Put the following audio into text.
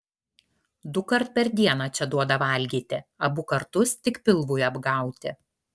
dukart per dieną čia duoda valgyti abu kartus tik pilvui apgauti